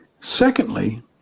secondly